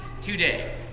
today